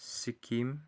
Sikkim